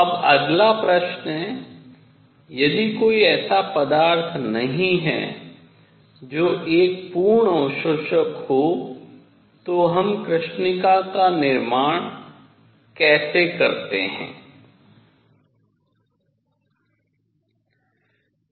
अब अगला प्रश्न है यदि कोई ऐसा पदार्थ नहीं है जो एक पूर्ण अवशोषक हो तो हम कृष्णिका निर्माण कैसे करतें हैं